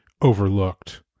overlooked